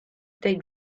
they